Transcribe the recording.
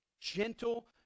gentle